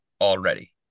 already